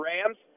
Rams